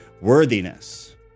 worthiness